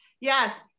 yes